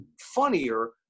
funnier